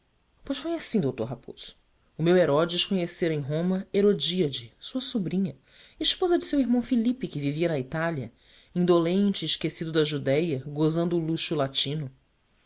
pois foi assim d raposo o meu herodes conhecera em roma herodíade sua sobrinha esposa de seu irmão filipe que vivia na itália indolente e esquecido da judéia gozando o luxo latino